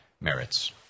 merits